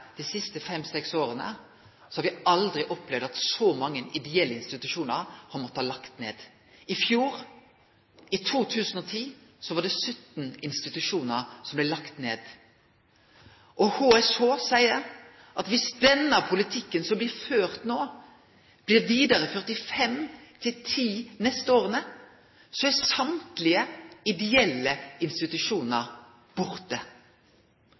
dei siste fem–seks åra aldri har opplevd at så mange ideelle institusjonar har måtta leggje ned. I fjor, i 2010, var det 17 institusjonar som blei lagde ned. HSH seier at viss den politikken som blir førd no, blir førd vidare dei fem–ti neste åra, vil alle dei ideelle institusjonane bli borte.